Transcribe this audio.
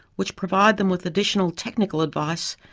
which provide them with additional technical advice,